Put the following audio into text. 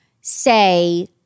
say